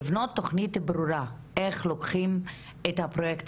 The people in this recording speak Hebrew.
לבנות תוכנית ברורה איך לוקחים את הפרויקט